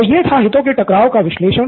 तो यह था हितों के टकराव का विश्लेषण